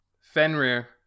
Fenrir